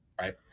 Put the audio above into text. right